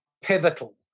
pivotal